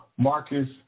Marcus